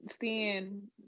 seeing